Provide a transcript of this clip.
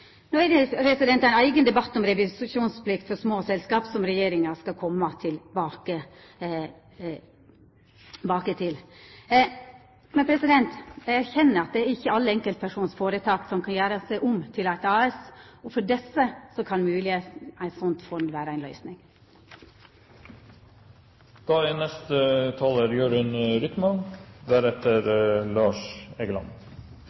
No er det ein eigen debatt om revisjonsplikt for små selskap, som regjeringa skal koma tilbake til. Eg erkjenner at ikkje alle enkeltpersonføretak kan gjera seg om til eit AS, og for desse kan kanskje eit slikt fond vera